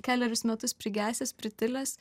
kelerius metus prigesęs pritilęs